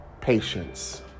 Patience